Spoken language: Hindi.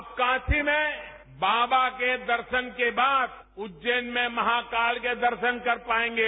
अब काशी में बाबा के दर्शन के बाद उज्जैन में महाकाल के दर्शन कर पाएंगे